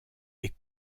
est